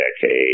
decade